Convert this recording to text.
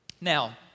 Now